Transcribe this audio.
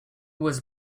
was